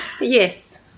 Yes